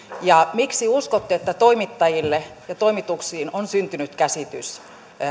ja miksi uskotte että toimittajille ja toimituksiin on syntynyt käsitys